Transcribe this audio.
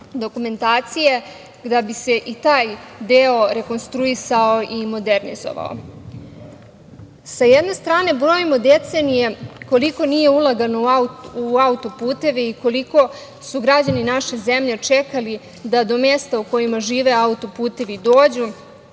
dokumentacije, a da bi se i taj deo rekonstruisao i modernizovao. Sa jedne strane brojimo decenije koliko nije ulagano u autoputeve i koliko su građani naše zemlje čekali da do mesta u kojima žive autoputevi dođu